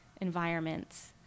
environments